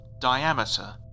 diameter